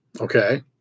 Okay